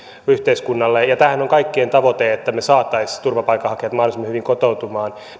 yhteiskunnalle tämähän on kaikkien tavoite että me saisimme saisimme turvapaikanhakijat mahdollisimman hyvin kotoutumaan